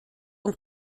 und